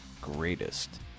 Greatest